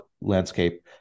landscape